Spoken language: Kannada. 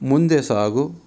ಮುಂದೆ ಸಾಗು